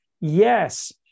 Yes